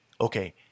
okay